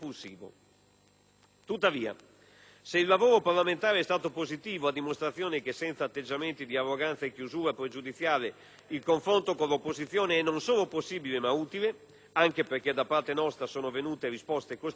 Tuttavia, se il lavoro parlamentare è stato positivo (a dimostrazione che senza atteggiamenti di arroganza e chiusura pregiudiziale il confronto con l'opposizione è non solo possibile, ma utile, anche perché da parte nostra sono venute risposte costruttive e di merito),